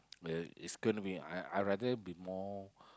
uh it's gonna be I rather be more